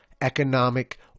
Economic